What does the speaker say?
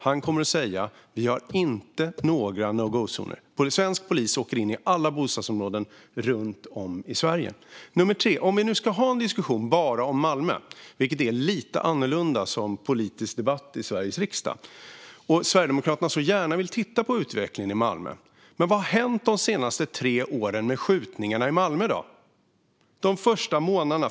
Han kommer att säga att vi inte har några no go-zoner. Svensk polis åker in i alla bostadsområden runt om i Sverige. För det tredje: Om vi nu ska ha en diskussion om enbart Malmö, vilket är lite annorlunda när det gäller en politisk debatt i Sveriges riksdag, och om nu Sverigedemokraterna så gärna vill titta på utvecklingen i Malmö - vad har då hänt med skjutningarna i Malmö under de senaste tre åren?